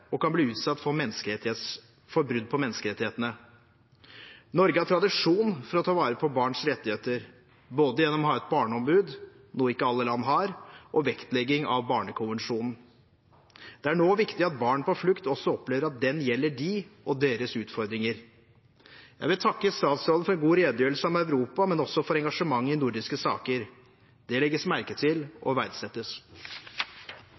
og kan bli utsatt for brudd på menneskerettighetene. Norge har tradisjon for å ta vare på barns rettigheter, både gjennom å ha et barneombud – noe ikke alle land har – og gjennom vektlegging av barnekonvensjonen. Det er nå viktig at barn på flukt også opplever at den gjelder dem og deres utfordringer. Jeg vil takke statsråden for en god redegjørelse om Europa, men også for engasjementet i nordiske saker. Det legges merke til